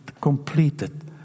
completed